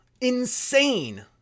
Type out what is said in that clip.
Insane